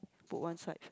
put one side